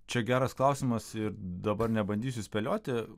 čia geras klausimas ir dabar nebandysiu spėlioti